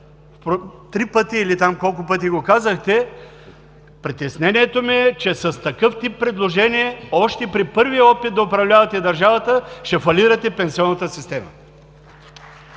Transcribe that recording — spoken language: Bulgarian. три пъти или там колкото пъти го казахте, притеснението ми е, че с такъв тип предложение още при първия опит да управлявате държавата, ще фалирате пенсионната система.